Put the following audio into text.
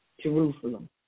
Jerusalem